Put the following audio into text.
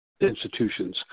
institutions